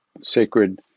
sacred